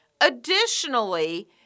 Additionally